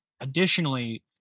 additionally